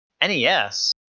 NES